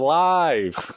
live